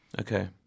Okay